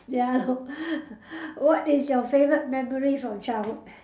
ya what is your favourite memory from childhood